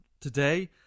today